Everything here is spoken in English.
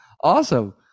awesome